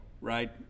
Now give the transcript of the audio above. right